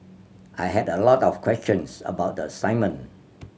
I had a lot of questions about the assignment